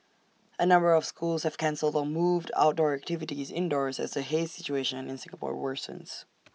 A number of schools have cancelled or moved outdoor activities indoors as the haze situation in Singapore worsens